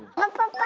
let's go.